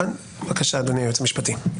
בבקשה, היועץ המשפטי.